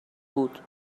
بود